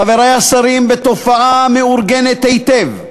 חברי השרים, בתופעה מאורגנת היטב,